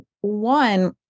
one